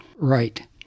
right